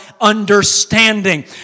understanding